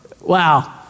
Wow